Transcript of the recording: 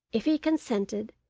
if he consented,